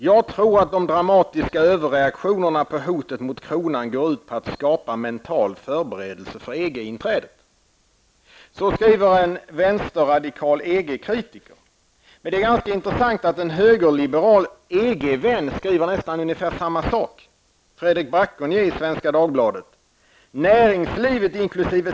Jag tror att de dramatiska överreaktionerna på hotet mot kronan går ut på att skapa mental förberedelse för EG-inträdet. Så skriver en vänsterradikal EG kritiker. Det är ganska intressant att en högerliberal EG-vän, Fredrik Braconier, skriver nästan samma sak i Svenska Dagbladet: Näringslivet inkl.